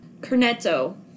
Cornetto